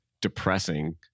depressing